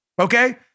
Okay